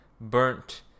burnt